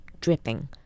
dripping